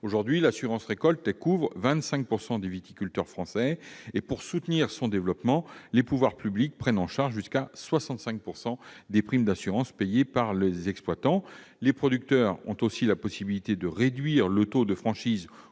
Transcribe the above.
Aujourd'hui, l'assurance récolte couvre 25 % des viticulteurs français. Pour soutenir son développement, les pouvoirs publics prennent en charge jusqu'à 65 % des primes d'assurance payées par les exploitants. Les producteurs ont aussi la possibilité de réduire le taux de franchise